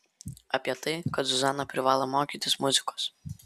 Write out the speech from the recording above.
apie tai kad zuzana privalo mokytis muzikos